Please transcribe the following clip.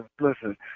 listen